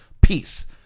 peace